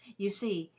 you see,